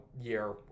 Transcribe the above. year